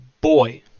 boy